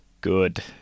good